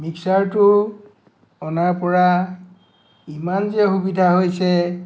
মিক্সচাৰটো অনাৰ পৰা ইমান যে সুবিধা হৈছে